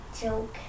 joke